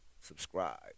subscribe